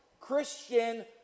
Christian